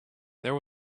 there